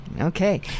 okay